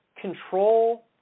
control